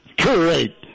Great